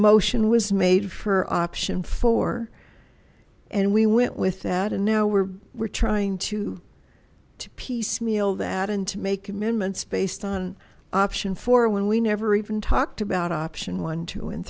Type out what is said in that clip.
motion was made for option four and we went with that and now we're we're trying to to piecemeal that and to make amendments based on option four when we never even talked about option one two and